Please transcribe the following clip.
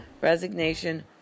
resignation